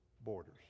borders